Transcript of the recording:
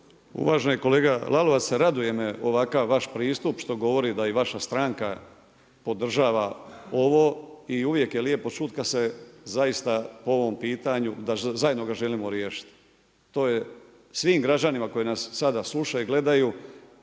Uvaženi kolega Lalovac, raduje me ovakav vaš pristup što govori i da i vaša stranka podržava ovo i uvijek je lijepo čuti kad se zaista po ovom pitanju, da zajedno ga želimo riješiti. To je svim građanima koji nas sada slušaju i gledaju